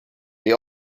the